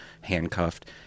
handcuffed